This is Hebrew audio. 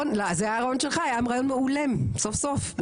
זה היה רעיון שלך, היה רעיון מעולה סוף סוף.